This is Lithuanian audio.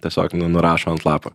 tiesiog nu nurašo ant lapo